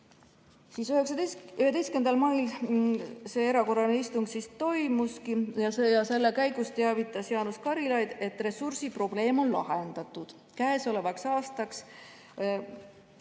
mail see erakorraline istung toimuski ja selle käigus teavitas Jaanus Karilaid, et ressursiprobleem on lahendatud. Käesolevaks aastaks